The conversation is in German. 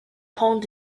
pont